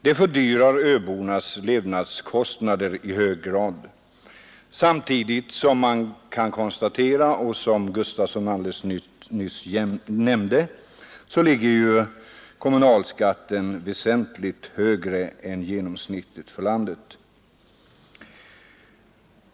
Detta fördyrar i hög grad öbornas levnadskostnader, samtidigt som man kan konstatera — vilket herr Gustafson i Göteborg nyss nämnde — att kommunalskatten på Gotland ligger väsentligt högre än genomsnittet för landet.